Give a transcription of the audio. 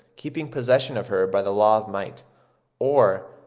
keeping possession of her by the law of might or,